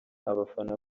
abafana